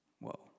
Whoa